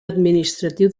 administratiu